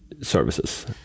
services